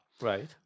Right